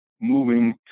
moving